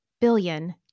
billion